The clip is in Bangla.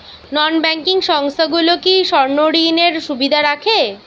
নন ব্যাঙ্কিং সংস্থাগুলো কি স্বর্ণঋণের সুবিধা রাখে?